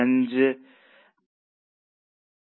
5 മുതൽ 5 0